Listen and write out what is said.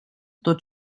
tot